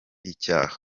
icyaha